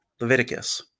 Leviticus